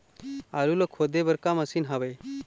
आलू ला खोदे बर का मशीन हावे?